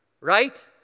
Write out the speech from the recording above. Right